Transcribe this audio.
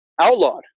outlawed